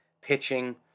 pitching